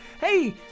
Hey